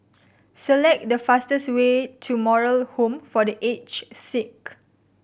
select the fastest way to Moral Home for The Aged Sick